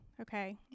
okay